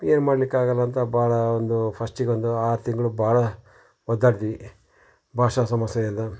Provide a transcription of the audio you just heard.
ಏನೂ ಮಾಡ್ಲಿಕ್ಕಾಗಲ್ಲ ಅಂತ ಭಾಳ ಒಂದು ಫಸ್ಟಿಗೊಂದು ಆರು ತಿಂಗಳು ಭಾಳ ಒದ್ದಾಡಿದ್ವಿ ಭಾಷಾ ಸಮಸ್ಯೆಯಿಂದ